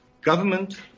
government